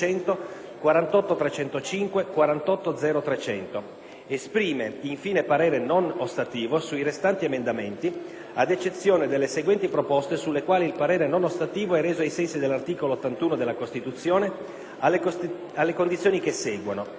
48.305, 48.0.300. Esprime infine parere non ostativo sui restanti emendamenti, ad eccezione delle seguenti proposte sulle quali il parere non ostativo è reso ai sensi dell'articolo 81 della Costituzione alle condizioni che seguono: